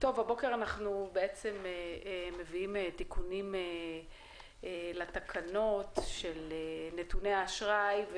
הבוקר אנחנו מביאים תיקונים לתקנות של נתוני האשראי.